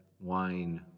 wine